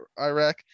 Iraq